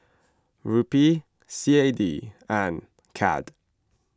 Rupee C A D and Cad